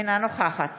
אינה נוכחת